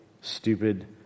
Stupid